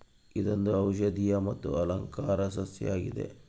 ಇದೊಂದು ಔಷದಿಯ ಮತ್ತು ಅಲಂಕಾರ ಸಸ್ಯ ಆಗಿದೆ